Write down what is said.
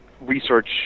research